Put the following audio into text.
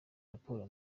raporo